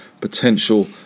potential